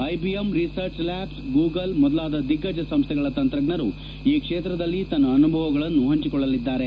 IBM research lab Google ಮೊದಲಾದ ದಿಗ್ಗಜ ಸಂಸ್ಥೆಗಳ ತಂತ್ರಜ್ಞರು ಈ ಕ್ಷೇತ್ರದಲ್ಲಿ ತಮ್ಮ ಅನುಭವಗಳನ್ನು ಪಂಚಿಕೊಳ್ಳಲಿದ್ದಾರೆ